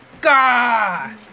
God